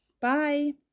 Bye